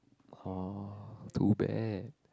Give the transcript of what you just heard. oh too bad